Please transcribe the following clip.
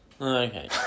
Okay